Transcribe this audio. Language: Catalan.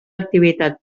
activitat